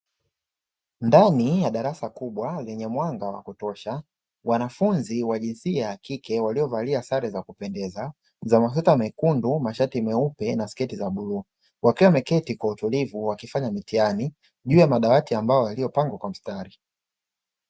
Ndani ya darasa kubwa lenye mwanga wa kutosha, wanafunzi wa jinsia ya kike waliovalia sare za kupendeza za masweta mekundu, na mashati meupe na sketi za bluu; wakiwa wameketi kwa utulivu wakifanya mitihani juu ya madawati ya mbao yaliyopangwa kwa mstari.